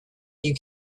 you